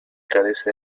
carece